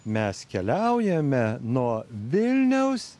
mes keliaujame nuo vilniaus